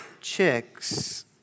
chicks